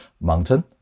mountain